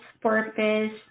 purpose